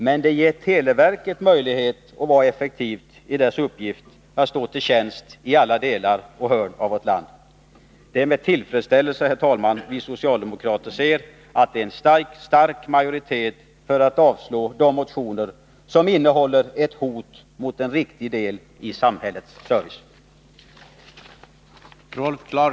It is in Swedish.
Men det ger televerket möjlighet att vara effektivt i dess uppgift att stå till tjänst i alla delar och hörn av vårt land. Det är med tillfredsställelse, herr talman, som vi socialdemokrater ser att det är en stark majoritet för att avslå de motioner som innehåller ett hot mot en viktig del av samhällets service.